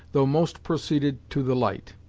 though most proceeded to the light.